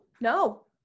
no